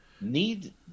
Need